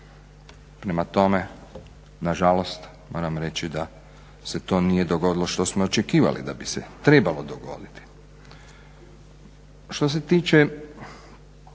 Prema tome, nažalost moram reći da se to nije dogodilo što smo očekivali da bi se trebalo dogoditi. Što se tiče